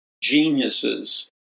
geniuses